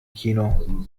kino